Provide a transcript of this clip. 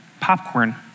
popcorn